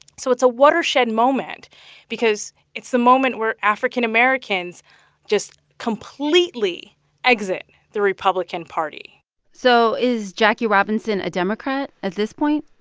so it's a watershed moment because it's the moment where african americans just completely exit the republican party so is jackie robinson a democrat at this point?